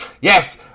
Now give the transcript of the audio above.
Yes